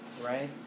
right